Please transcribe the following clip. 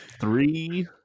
Three